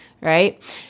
right